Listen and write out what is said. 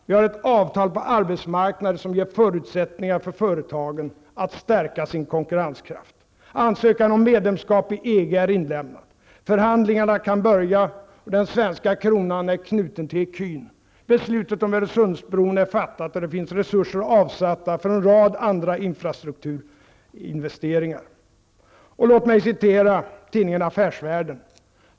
Vi har avtal på arbetsmarknaden som ger förutsättningar för företagen att stärka sin konkurrenskraft. Ansökan om medlemskap i EG är inlämnad. Förhandlingarna kan börja. Den svenska kronan är knuten till ecun. Beslutet om Öresundsbron är fattat, och det finns resurser avsatta till en rad andra viktiga infrastrukturinvesteringar. Låt mig citera tidningen Affärsvärlden.